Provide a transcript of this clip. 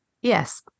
Yes